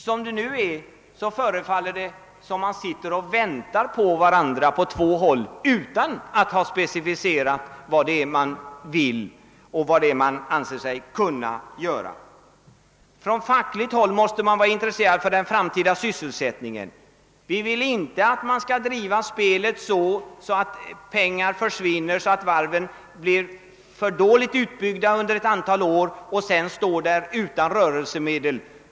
Som det nu är förefaller det som om de båda sidorna väntar på varandra utan att ha specificerat vad man vill och vad man anser sig kunna göra. Från fackligt håll måste man vara intresserad av den framtida sysselsättningen. Vi vill inte att spelet skall dårivas så att pengar försvinner och varven blir för dåligt utbyggda under ett antal år och sedan står utan rörelsemedel.